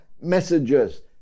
messages